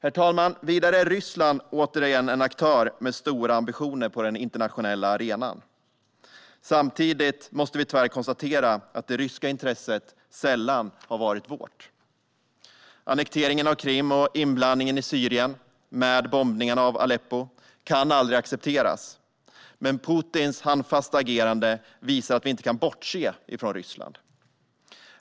Vidare, herr talman, är Ryssland återigen en aktör med stora ambitioner på den internationella arenan. Samtidigt måste vi tyvärr konstatera att det ryska intresset sällan har varit vårt. Annekteringen av Krim och inblandningen i Syrien, med bombningarna av Aleppo, kan aldrig accepteras. Men Putins handfasta agerande visar att vi inte kan bortse från Ryssland.